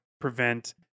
prevent